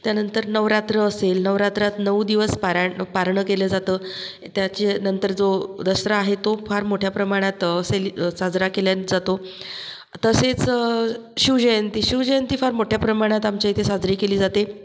त्यानंतर नवरात्र असेल नवरात्रात नऊ दिवस पारायण पारणं केलं जातं त्याच्यानंतर जो दसरा आहे तो फार मोठ्या प्रमाणात सेली साजऱ्या केल्याच जातो तसेच शिवजयंती शिवजयंती फार मोठ्या प्रमाणात आमचे इथे साजरी केली जाते